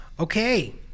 Okay